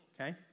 Okay